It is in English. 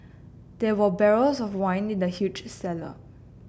there were barrels of wine in the huge cellar